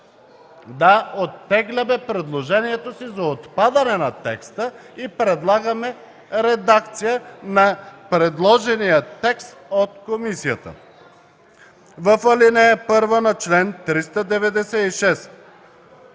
Да, оттегляме предложението си за отпадане на текста и предлагаме редакция на предложения текст от комисията. В ал. 1 на чл. 396